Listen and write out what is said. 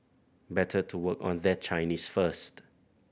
better to work on their Chinese first